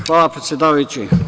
Hvala, predsedavajući.